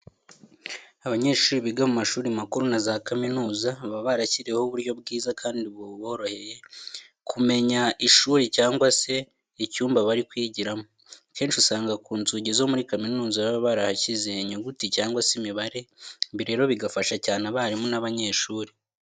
Abanyeshuri biga mu mashuri makuru na za kaminuza baba barashyiriweho uburyo bwiza kandi buborohereza kumenya ishuri cyangwa se icyumba bari bwigiremo. Akenshi usanga ku nzugi zo muri kaminuza baba barashyizeho inyuguti cyangwa se imibare, ibi rero bigafasha cyane abarimu n'abanyeshuri.